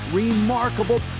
remarkable